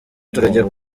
turajya